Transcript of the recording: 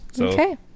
Okay